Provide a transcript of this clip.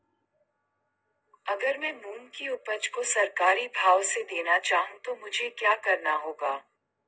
अगर मैं मूंग की उपज को सरकारी भाव से देना चाहूँ तो मुझे क्या करना होगा?